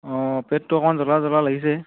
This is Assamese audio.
অঁ পেটটো অকণমান জ্বলা জ্বলা লাগিছে